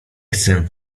chcę